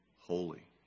holy